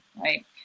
right